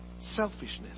selfishness